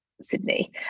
Sydney